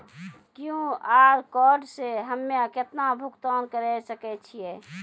QR code से हम्मय केतना भुगतान करे सके छियै?